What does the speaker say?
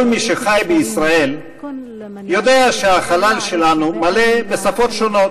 כל מי שחי בישראל יודע שהחלל שלנו מלא בשפות שונות.